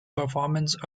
performance